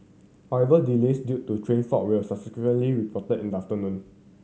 however delays due to train fault were subsequently reported in the afternoon